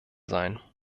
sein